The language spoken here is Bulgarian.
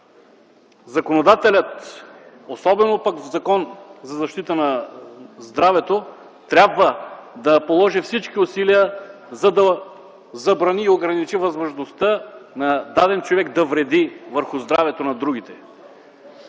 законодателят, особено в Закона за защита на здравето, трябва да положи всички усилия, за да забрани и ограничи възможността на даден човек да вреди върху здравето на другите.